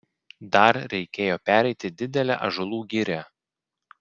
dar reikėjo pereiti didelę ąžuolų girią